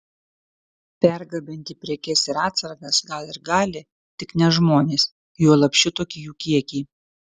pergabenti prekes ir atsargas gal ir gali tik ne žmones juolab šitokį jų kiekį